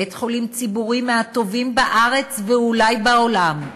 בית-חולים ציבורי מהטובים בארץ, ואולי בעולם,